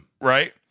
Right